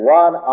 one